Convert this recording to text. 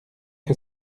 que